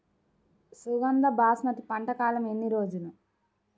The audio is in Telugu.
సుగంధ బాస్మతి పంట కాలం ఎన్ని రోజులు?